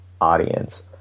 audience